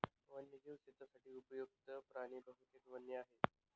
वन्यजीव शेतीसाठी उपयुक्त्त प्राणी बहुतेक वन्य आहेत